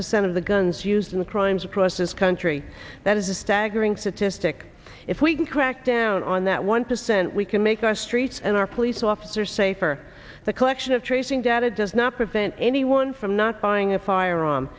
percent of the guns used in crimes across this country that is a staggering statistic if we can crack down on that one percent we can make our streets and our police officers safer the collection of tracing data does not prevent anyone from not buying a fire